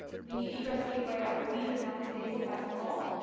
the egress gateway i believe is now disabled by default.